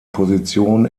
position